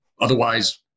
Otherwise